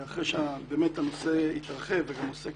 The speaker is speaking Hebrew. ואחרי שהנושא התרחב וגם עוסק